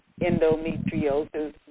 endometriosis